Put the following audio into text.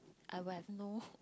I would have know